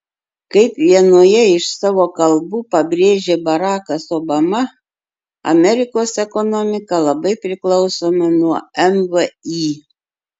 kaip vienoje iš savo kalbų pabrėžė barakas obama amerikos ekonomika labai priklausoma nuo mvį